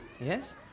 Yes